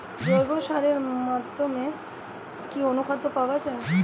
জৈব সারের মধ্যে কি অনুখাদ্য পাওয়া যায়?